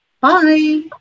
bye